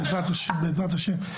בעזרת השם.